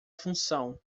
função